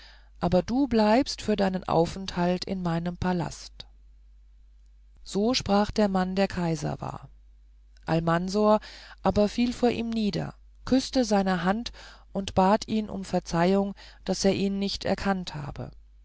aber bleibst für deinen aufenthalt in meinem palast so sprach der mann der kaiser war almansor aber fiel vor ihm nieder küßte seine hand und bat ihn um verzeihung daß er ihn nicht erkannt habe